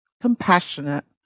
compassionate